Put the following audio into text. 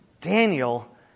Daniel